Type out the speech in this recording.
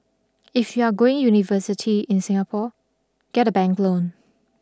if you're going university in Singapore get a bank loan